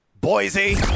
Boise